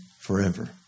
forever